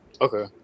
Okay